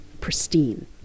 pristine